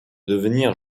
devenir